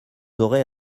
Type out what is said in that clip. aurez